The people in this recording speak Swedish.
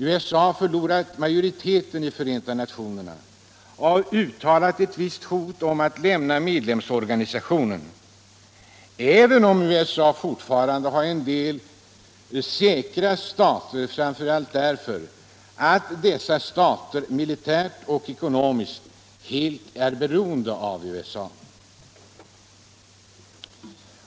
USA har förlorat majoriteten i FN och har uttalat ett visst hot om att lämna medlemsorganisationen, även om USA fortfarande där har en del ”säkra” stater, framför allt därför att dessa stater militärt och ekonomiskt helt är beroende av USA.